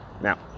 Now